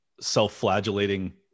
self-flagellating